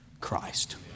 Christ